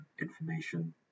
information